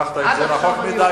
לקחת את זה רחוק מדי,